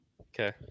Okay